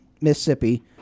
Mississippi